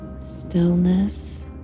stillness